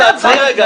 תחזרי בך.